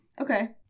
Okay